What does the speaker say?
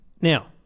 Now